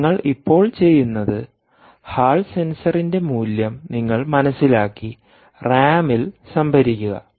അതിനാൽ നിങ്ങൾ ഇപ്പോൾ ചെയ്യുന്നത് ഹാൾ സെൻസറിന്റെ മൂല്യം നിങ്ങൾ മനസിലാക്കി റാമിൽ സംഭരിക്കുക